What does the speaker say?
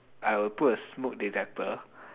I will put a smoke detector